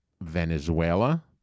venezuela